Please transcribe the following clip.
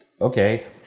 okay